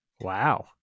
Wow